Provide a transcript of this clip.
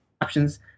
options